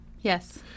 Yes